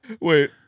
Wait